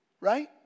right